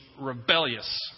rebellious